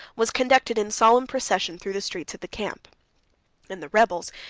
was conducted in solemn procession through the streets of the camp and the rebels,